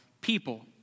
people